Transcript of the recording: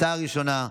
הצעה ראשונה,